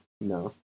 no